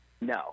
no